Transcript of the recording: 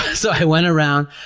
so i went around,